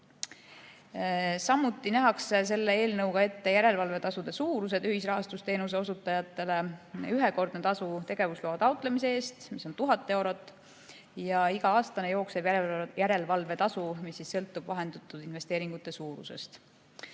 hakata. Samuti nähakse eelnõuga ette järelevalvetasude suurused ühisrahastusteenuse osutajatele. Need on ühekordne tasu tegevusloa taotlemise eest, mis on 1000 eurot, ja iga-aastane jooksev järelevalvetasu, mis sõltub vahendatud investeeringute suurusest.